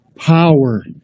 Power